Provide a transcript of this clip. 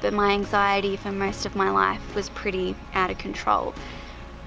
but my anxiety for most of my life was pretty out of control